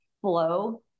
flow